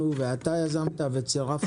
הזה.